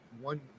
one